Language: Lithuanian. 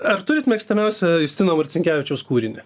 ar turit mėgstamiausią justino marcinkevičiaus kūrinį